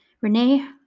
Renee